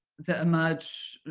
that emerge,